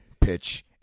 Pitch